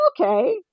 okay